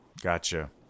Gotcha